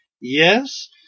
Yes